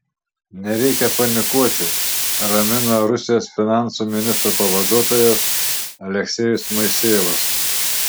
nereikia panikuoti ramina rusijos finansų ministro pavaduotojas aleksejus moisejevas